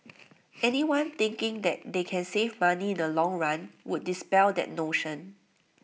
anyone thinking that they can save money in the long run would dispel that notion